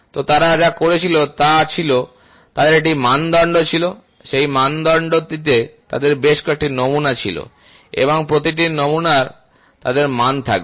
তো তারা যা করেছিল তা ছিল তাদের একটি মানদণ্ড ছিল সেই মানদণ্ড টিতে তাদের বেশ কয়েকটি নমুনা ছিল এবং প্রতিটি নমুনার তাদের মান থাকবে